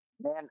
Man